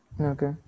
okay